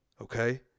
Okay